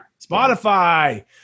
spotify